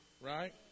right